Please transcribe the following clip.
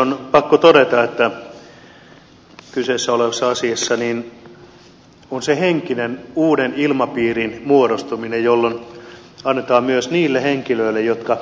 on pakko todeta että kyseessä olevassa asiassa on se henkinen uuden ilmapiirin muodostuminen jolloin annetaan myös niille henkilöille jotka